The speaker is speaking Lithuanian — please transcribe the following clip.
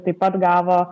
taip pat gavo